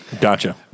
Gotcha